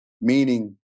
meaning